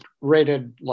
rated